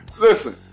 Listen